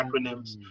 acronyms